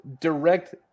direct